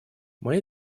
моя